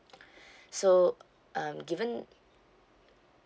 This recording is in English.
so um given